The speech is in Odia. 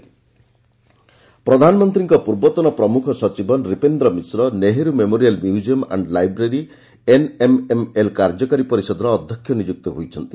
ଏନ୍ଏମ୍ଏମ୍ଏଲ୍ ପ୍ରଧାନମନ୍ତ୍ରୀଙ୍କ ପୂର୍ବତନ ପ୍ରମୁଖ ସଚିବ ନ୍ରିପେନ୍ଦ୍ର ମିଶ୍ର ନେହେରୁ ମେମୋରିଆଲ୍ ମ୍ୟୁକ୍କିୟମ୍ ଆ ୍ଭ୍ ଲାଇବ୍ରେରୀ ଏନ୍ଏମ୍ଏମ୍ଏଲ୍ କାର୍ଯ୍ୟକାରୀ ପରିଷଦର ଅଧ୍ୟକ୍ଷ ନିଯୁକ୍ତ ହୋଇଛନ୍ତି